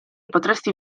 potresti